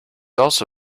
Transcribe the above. also